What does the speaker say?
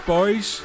Boys